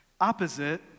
Opposite